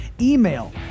Email